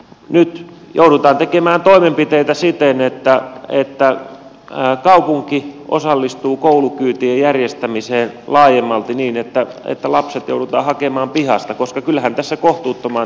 nyt joudutaan tekemään toimenpiteitä siten että kaupunki osallistuu koulukyytien järjestämiseen laajemmalti niin että lapset joudutaan hakemaan pihasta koska kyllähän tässä kohtuuttomaan tilanteeseen mennään